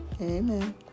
Amen